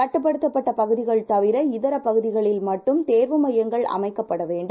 கட்டுப்படுத்தப்பட்டபகுதிகள்தவிரஇதரபகுதிகளில்மட்டும்தேர்வுமையங்கள்அமைக் கப்படவேண்டும்